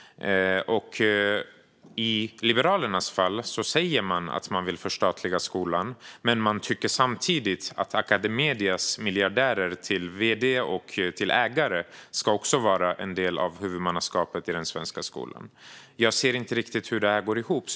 Liberalerna säger att de vill förstatliga skolan, men de tycker samtidigt att Academedias miljardärer, vd och ägare, ska vara en del av huvudmannaskapet i den svenska skolan. Jag ser inte riktigt hur det går ihop.